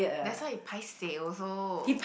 that's why he paiseh also